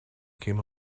came